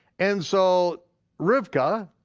and so rivkah,